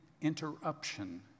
interruption